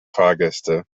fahrgäste